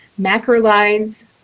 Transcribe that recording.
macrolides